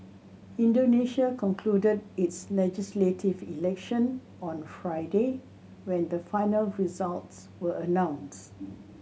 Indonesia concluded its legislative election on Friday when the final results were announced